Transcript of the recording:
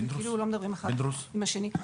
כאילו לא מדברים האחד עם השני.